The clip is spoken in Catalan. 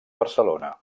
barcelona